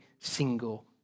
single